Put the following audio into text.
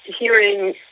hearing